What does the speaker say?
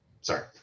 sorry